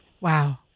Wow